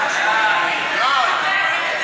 להעביר את